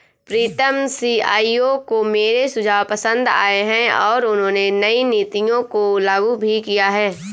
प्रीतम CEO को मेरे सुझाव पसंद आए हैं और उन्होंने नई नीतियों को लागू भी किया हैं